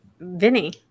Vinny